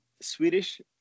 Swedish